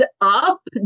Up